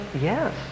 yes